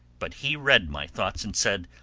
but he read my thoughts, and said,